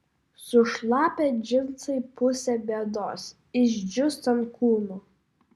sušlapę džinsai pusė bėdos išdžius ant kūno